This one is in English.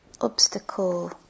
obstacle